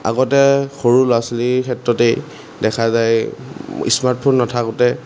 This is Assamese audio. আগতে সৰু ল'ৰা ছোৱালীৰ ক্ষেত্ৰতেই দেখা যায় স্মাৰ্টফোন নাথাকোতে